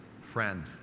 friend